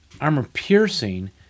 armor-piercing